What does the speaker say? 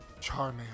Charmander